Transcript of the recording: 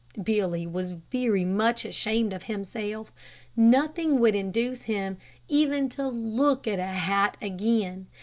billy was very much ashamed of himself. nothing would induce him even to look at a hat again.